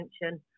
attention